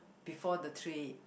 before the trip